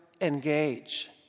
engage